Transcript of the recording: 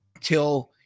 till